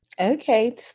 Okay